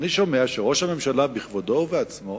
אני שומע שראש הממשלה בכבודו ובעצמו